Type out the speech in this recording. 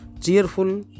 Cheerful